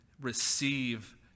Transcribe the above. receive